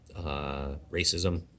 racism